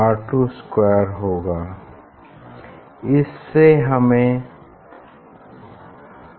फिर n 2 फिर n 3 फिर n 4 फिर n 5 इस प्रकार हम n 10 तक जाएंगे और रीडिंग लेंगे